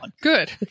good